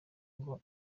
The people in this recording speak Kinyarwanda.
ngo